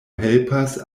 helpas